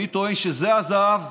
אני טוען שזה הזהב.